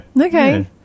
Okay